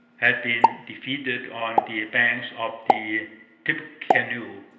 had been defeated on the banks of the tippecanoe,